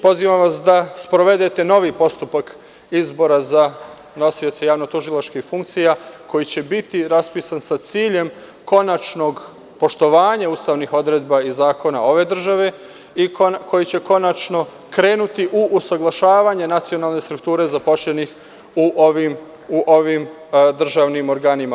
Pozivam vas da sprovedete novi postupak izbora za nosioce javno tužilačkih funkcija koji će biti raspisan sa ciljem konačnog poštovanja ustavnih odredba i zakona ove države i koji će konačno krenuti u usaglašavanje nacionalne strukture zaposlenih u ovim državnim organima.